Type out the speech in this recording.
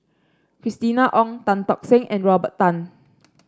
Christina Ong Tan Tock Seng and Robert Tan